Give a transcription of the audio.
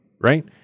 right